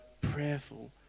prayerful